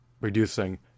reducing